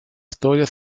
storia